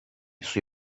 sui